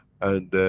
and.